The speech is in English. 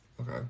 okay